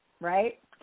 right